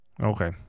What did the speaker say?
Okay